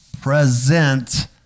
present